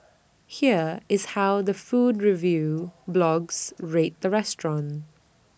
here is how the food review blogs rate the restaurant